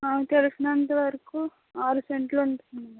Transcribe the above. నాకు తెలిసినంత వరకు ఆరు సెంట్లు ఉంటుంది మేడం